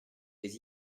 des